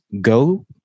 go